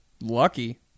Lucky